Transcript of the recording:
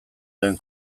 duen